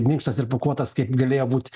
minkštas ir pūkuotas kaip galėjo būt